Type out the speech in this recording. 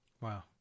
Wow